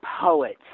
poets